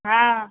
हँ